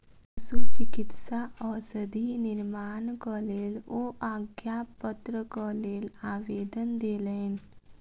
पशुचिकित्सा औषधि निर्माणक लेल ओ आज्ञापत्रक लेल आवेदन देलैन